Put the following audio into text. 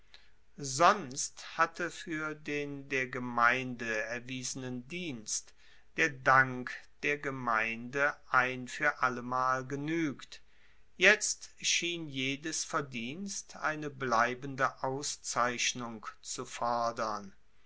sonst hatte fuer den der gemeinde erwiesenen dienst der dank der gemeinde ein fuer allemal genuegt jetzt schien jedes verdienst eine bleibende auszeichnung zu fordern